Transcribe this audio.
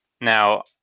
Now